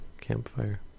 campfire